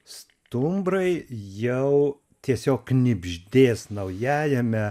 stumbrai jau tiesiog knibždės naujajame